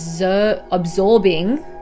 absorbing